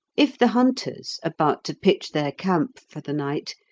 if the hunters, about to pitch their camp for the night,